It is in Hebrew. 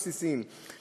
הבסיסיים.